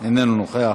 איננו נוכח.